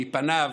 מפניו,